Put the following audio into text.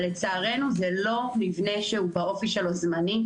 אבל, לצערנו זה לא מבנה שהוא באופי שלו זמני.